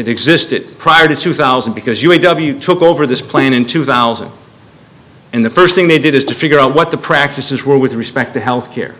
had existed prior to two thousand because u a w took over this plan in two thousand and the first thing they did is to figure out what the practices were with respect to health care